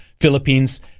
philippines